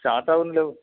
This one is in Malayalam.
സ്റ്റാര്ട്ട് ആവുന്നില്ല